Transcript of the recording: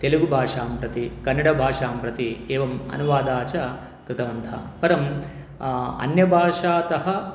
तेलुगुभाषां प्रति कन्नडभाषां प्रति एवम् अनुवादाः च कृतवन्तः परम् अन्यभाषातः